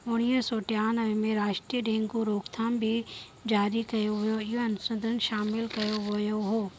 उणिवीह सौ टियानवे में राष्ट्रीय डेंगू रोकथाम बि जारी कयो वियो इहो अशोधन शामिलु कयो वियो हुओ